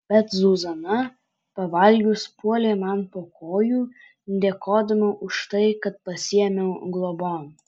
bet zuzana pavalgius puolė man po kojų dėkodama už tai kad pasiėmiau globon